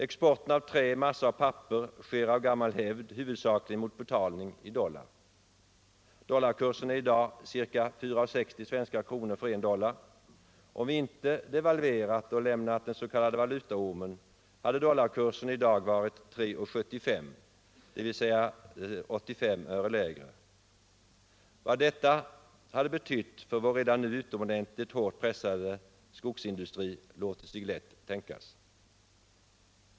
Exporten av trä, massa och papper sker av gammal hävd huvudsakligen mot betalning i dollar. Dollarkursen är i dag ca 4,60 svenska kronor för en dollar. Om vi inte devalverat och lämnat den s.k. valutaormen hade dollarkursen i dag varit 3,75, dvs. 85 öre lägre. Vad detta hade betytt för vår redan nu utomordentligt hårt pressade skogsindustri låter sig lätt tänkas.